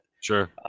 sure